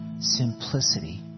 simplicity